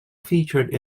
featured